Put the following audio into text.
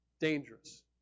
Dangerous